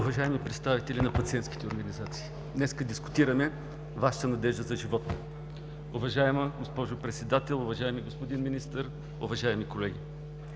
Уважаеми представители на пациентските организации, днес дискутираме Вашата надежда за живот! Уважаема госпожо Председател, уважаеми господин Министър, уважаеми колеги!